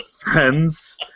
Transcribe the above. friends